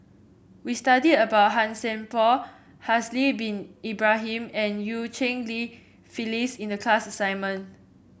we studied about Han Sai Por Haslir Bin Ibrahim and Eu Cheng Li Phyllis in the class assignment